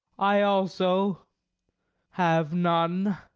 i also have none.